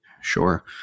Sure